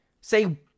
say